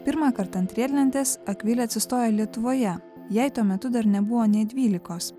pirmąkart ant riedlentės akvilė atsistojo lietuvoje jai tuo metu dar nebuvo nė dvylikos